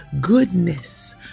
goodness